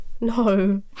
No